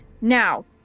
now